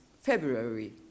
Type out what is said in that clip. February